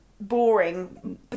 boring